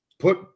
Put